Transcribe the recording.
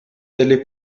delle